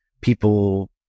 people